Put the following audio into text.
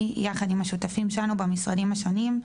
יחד עם השותפים שלנו במשרדים השונים,